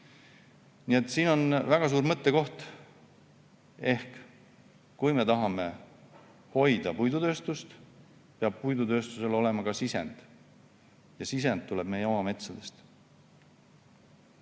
Nii et siin on väga suur mõttekoht. Kui me tahame hoida puidutööstust, siis peab puidutööstusel olema ka sisend. See sisend tuleb meie oma metsadest.